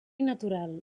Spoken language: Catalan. natural